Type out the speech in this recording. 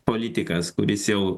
politikas kuris jau